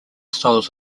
styles